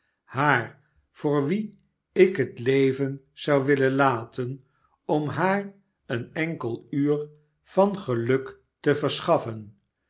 haar voor wie ik het leven zou willen laten om haar een enkel uur van geluk te verscharten